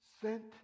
sent